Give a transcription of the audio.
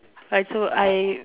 right so I